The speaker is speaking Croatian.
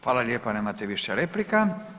Hvala lijepa nemate više replika.